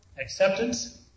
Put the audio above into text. acceptance